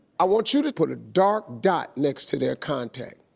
i want you to put a dark dot next to their contact.